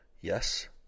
Yes